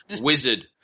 Wizard